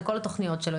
עם כל התוכניות שלו,